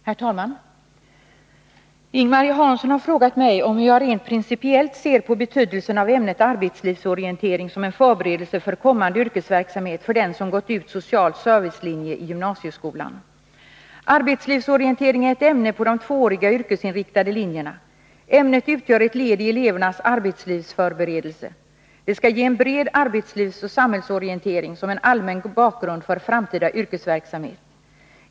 Herr talman! Ing-Marie Hansson har frågat mig om hur jag rent principiellt ser på betydelsen av ämnet arbetslivsorientering som en förberedelse för kommande yrkesverksamhet för den som gått ut social servicelinje i gymnasieskolan. Arbetslivsorientering är ett ämne på de tvååriga yrkesinriktade linjerna. Ämnet utgör ett led i elevernas arbetslivsförberedelse. Det skall ge en bred arbetslivsoch samhällsorientering som en allmän bakgrund för framtida yrkesverksamhet.